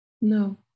no